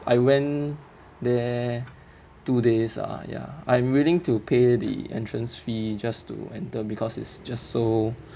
I went there two days ah ya I'm willing to pay the entrance fee just to enter because it's just so